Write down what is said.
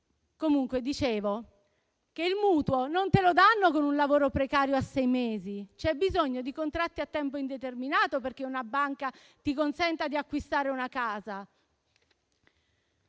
ogni caso, il mutuo non viene concesso con un lavoro precario a sei mesi. C'è bisogno di contratti a tempo indeterminato perché una banca consenta di acquistare una casa.